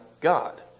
God